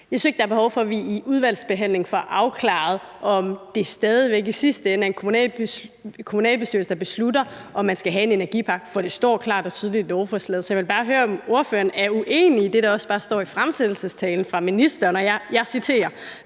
at der er behov for, at vi i udvalgsbehandlingen får afklaret, om det stadig væk i sidste ende er en kommunalbestyrelse, der beslutter, om man skal have en energipark, for det står klart og tydeligt i lovforslaget. Så jeg vil bare høre, om ordføreren er uenig i det, der også står i fremsættelsestalen fra ministeren: »Lovforslaget